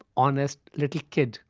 honest, little kid